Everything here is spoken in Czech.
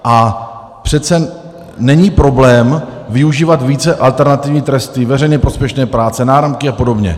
A přece není problém využívat více alternativní tresty, veřejně prospěšné práce, náramky apod.